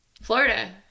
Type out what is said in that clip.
Florida